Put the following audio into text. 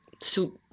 soup